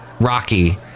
Rocky